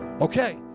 Okay